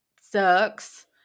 sucks